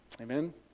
Amen